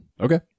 Okay